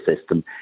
system